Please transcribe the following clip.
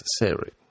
necessary